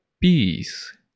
peace